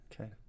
Okay